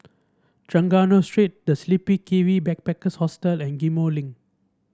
Trengganu Street The Sleepy Kiwi Backpackers Hostel and Ghim Moh Link